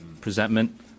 presentment